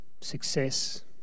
success